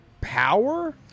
power